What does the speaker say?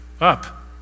up